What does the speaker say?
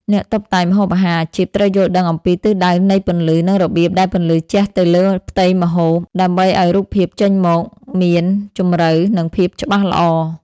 អ្នកតុបតែងម្ហូបអាហារអាជីពត្រូវយល់ដឹងអំពីទិសដៅនៃពន្លឺ និងរបៀបដែលពន្លឺជះទៅលើផ្ទៃម្ហូប ដើម្បីឱ្យរូបភាពចេញមកមានជម្រៅ និងភាពច្បាស់ល្អ។